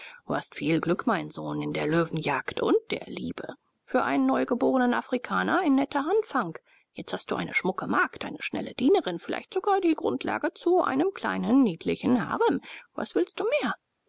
du hast viel glück mein sohn in der löwenjagd und der liebe für einen neugeborenen afrikaner ein netter anfang jetzt hast du eine schmucke magd eine schnelle dienerin vielleicht sogar die grundlage zu einem kleinen niedlichen harem was willst du mehr